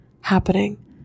happening